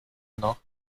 noch